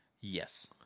Yes